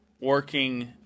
working